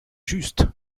juste